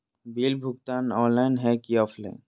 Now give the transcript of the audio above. Bill भुगतान online है की ऑफलाइन?